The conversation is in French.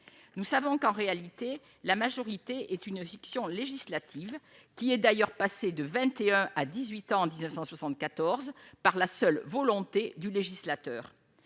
nous savons qu'en réalité la majorité est une fiction législatives qui est d'ailleurs passée de 21 à 18 ans en 1974 par la seule volonté du législateur